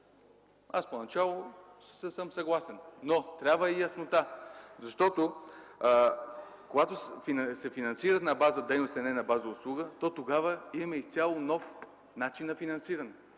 Аз поначало съм съгласен, но трябва яснота. Защото, когато се финансира на база дейности, а не на база услуга, тогава имаме изцяло нов начин на финансиране.